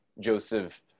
Joseph